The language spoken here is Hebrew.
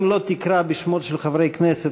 אם לא תקרא בשמות של חברי כנסת,